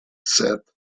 said